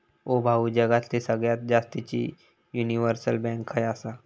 ओ भाऊ, जगातली सगळ्यात जास्तीचे युनिव्हर्सल बँक खय आसा